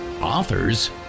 authors